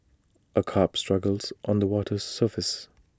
A carp struggles on the water's surface